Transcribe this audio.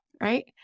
right